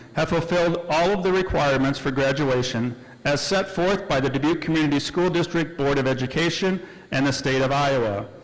have fulfilled all of the requirements for graduation as set forth by the dubuque community school district, board of education and the state of iowa.